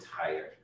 tired